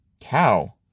cow